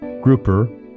grouper